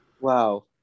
Wow